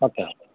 okay